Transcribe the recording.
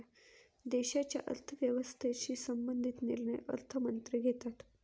देशाच्या अर्थव्यवस्थेशी संबंधित निर्णय अर्थमंत्री घेतात